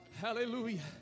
Hallelujah